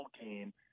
game